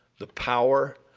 the power,